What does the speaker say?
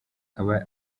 aba